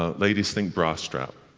ah ladies, think bra strap.